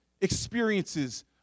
experiences